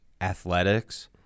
athletics